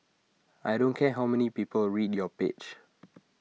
I don't care how many people read your page